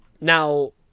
now